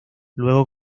luego